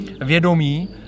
vědomí